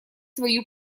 свою